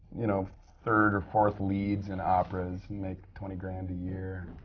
you know, third or fourth leads in operas and make twenty grand a year.